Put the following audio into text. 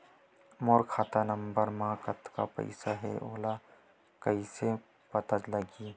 मोर खाता नंबर मा कतका पईसा हे ओला कइसे पता लगी?